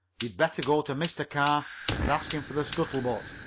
you'd better go to mr. carr and ask him for the scuttle-butt.